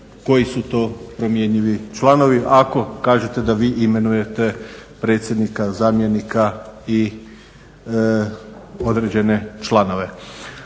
koji su to promjenjivi članovi, ako kažete da vi imenujete predsjednika, zamjenika i određene članove.